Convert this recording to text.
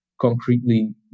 concretely